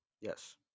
Yes